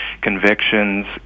convictions